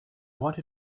want